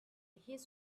his